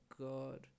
God